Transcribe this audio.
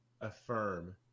affirm